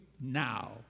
now